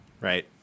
right